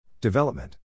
Development